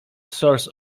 source